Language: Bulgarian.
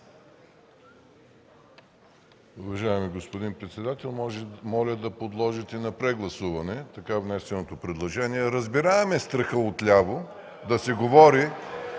Уважаеми господин председател, моля да подложите на прегласуване така внесеното предложение. Разбираем е страхът отляво (шум и